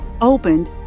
opened